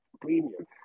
premium